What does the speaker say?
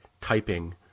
typing